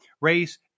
race